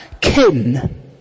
kin